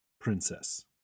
princess